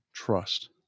trust